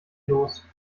los